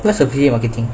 what's affiliate marketing